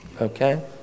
okay